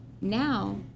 now